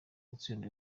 gutsinda